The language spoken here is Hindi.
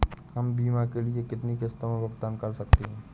हम बीमा के लिए कितनी किश्तों में भुगतान कर सकते हैं?